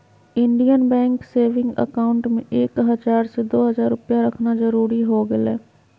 Indian bank saving account में एक हजार से दो हजार रुपया रखना जरूरी हो गेलय